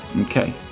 Okay